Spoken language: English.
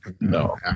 No